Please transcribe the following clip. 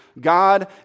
God